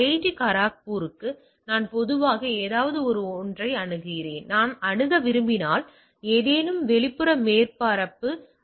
D கரக்பூருக்கு நான் பொதுவாக ஏதாவது ஒன்றை அணுகுகிறேன் நான் அணுக விரும்பினால் ஏதேனும் வெளிப்புற மேற்பரப்பு ஐ